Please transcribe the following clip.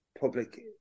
public